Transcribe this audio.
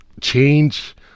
change